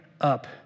up